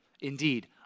Indeed